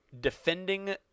defending